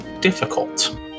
Difficult